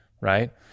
right